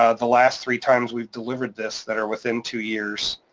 ah the last three times we've delivered this that are within two years,